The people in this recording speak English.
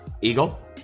Eagle